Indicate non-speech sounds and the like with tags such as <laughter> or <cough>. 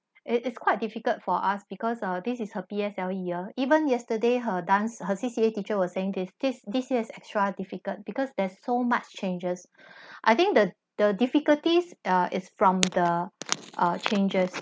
it is quite difficult for us because uh this is her P_L_S_E_ year even yesterday her dance her C_C_A_ teacher was saying this this this year is extra difficult because there's so much changes <breath> I think the the difficulties uh is from the uh changes